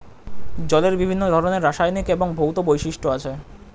জলের বিভিন্ন ধরনের রাসায়নিক এবং ভৌত বৈশিষ্ট্য আছে